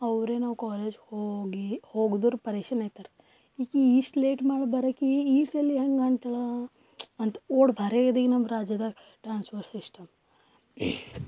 ಅವರೆ ನಾವು ಕಾಲೇಜ್ಗೆ ಹೋಗಿ ಹೋದರೂ ಪರೆಷಾನ ಆಗ್ತಾರೆ ಈಕೆ ಇಷ್ಟು ಲೇಟ್ ಮಾಡಿ ಬರೋಕೆ ಈ ಸಲ ಹೆಂಗೆ ಅಂಟಳಾ ಅಂತ ಓಡು ಬರೇ ಅದ ನಮ್ಮ ರಾಜ್ಯದಾಗ ಟ್ರಾನ್ಸ್ಫೋರ್ ಸಿಸ್ಟಮ್